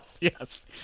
Yes